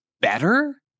better